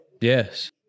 Yes